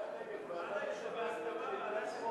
מי נמנע?